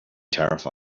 terrified